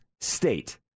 state